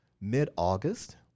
mid-August